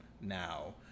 now